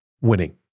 winning